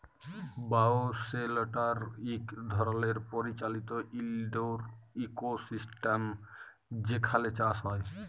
bioshelter ইক ধরলের পরিচালিত ইলডোর ইকোসিস্টেম যেখালে চাষ হ্যয়